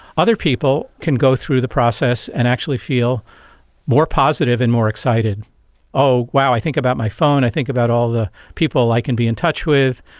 other people can go through the process and actually feel more positive and more excited oh wow, i think about my phone, i think about all the people i can be in touch with,